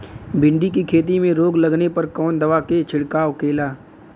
भिंडी की खेती में रोग लगने पर कौन दवा के छिड़काव खेला?